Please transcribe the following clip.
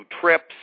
trips